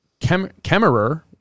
Kemmerer